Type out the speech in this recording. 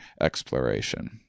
exploration